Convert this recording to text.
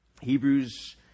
Hebrews